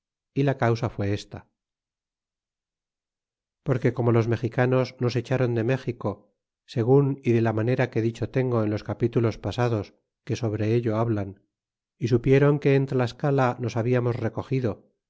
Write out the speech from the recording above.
y la causa fue esta porque como los mexicanos nos echron de méxico segun y de la manera que dicho tengo en los capítulos pasados que sobre ello hablan y supieron que en tlascala nos hablamos recogido